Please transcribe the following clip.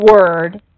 word